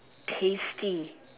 tasty